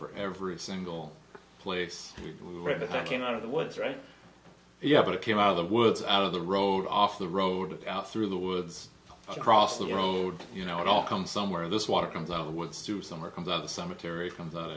for every single place people read it that came out of the woods right yeah but it came out of the woods out of the road off the road out through the woods across the road you know it all comes somewhere in this water comes out of the woods through summer comes out of some metairie comes out